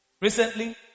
Recently